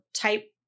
type